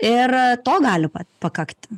ir to gali pakakti